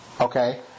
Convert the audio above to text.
okay